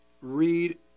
read